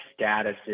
statuses